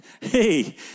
Hey